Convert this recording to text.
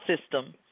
system